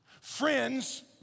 Friends